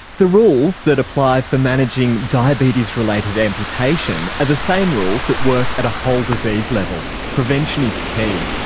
the rules that apply for managing diabetes related amputation are the same rules that work at a whole disease level prevention is key.